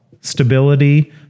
stability